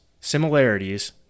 similarities